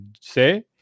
say